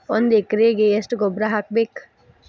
ಒಂದ್ ಎಕರೆಗೆ ಎಷ್ಟ ಗೊಬ್ಬರ ಹಾಕ್ಬೇಕ್?